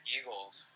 Eagles